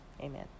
amen